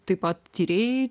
taip pat tyrėjai